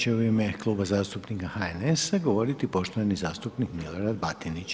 Sada će u ime Kluba zastupnika HNS-a govoriti poštovani zastupnik Milorad Batinić.